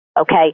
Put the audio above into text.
okay